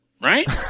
right